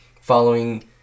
following